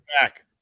Back